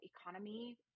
economy